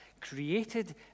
created